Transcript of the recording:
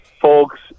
folks